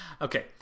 Okay